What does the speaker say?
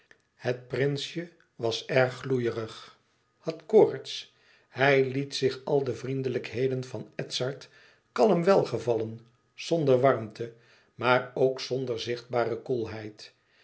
het prinsje was erg gloeiërig had koorts hij liet zich al de vriendelijkheden van edzard kalm welgevallen zonder warmte maar ook zonder zichtbare koelheid